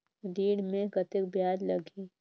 ऋण मे कतेक ब्याज लगही?